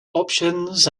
options